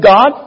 God